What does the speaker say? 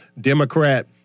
Democrat